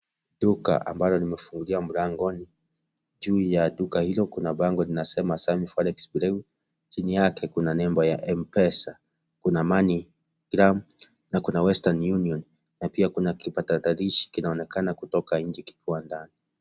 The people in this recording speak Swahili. Duka ambalo limefungulia mlangoni, juu ya duka hilo kuna bango linasema Sunny Forex Bureau chini yake kuna nembo ya M-pesa, kuna Moneygram na kuna Western Union na pia kuna kipatakalishi kinaonekana kutoka nje kikiwa ndani.